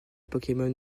pokémon